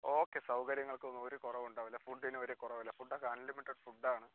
okay സൗകര്യങ്ങൾക്കൊന്നും ഒരു കുറവും ഉണ്ടാവില്ല ഫുഡിനും ഒരു കുറവും ഇല്ല ഫുഡ് ഒക്കെ അൺലിമിറ്റഡ് ഫുഡ്ഡ് ആണ്